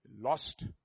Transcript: lost